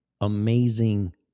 amazing